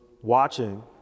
watching